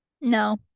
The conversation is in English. No